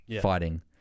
fighting